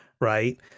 right